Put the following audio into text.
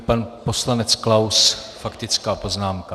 Pan poslanec Klaus faktická poznámka.